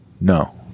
No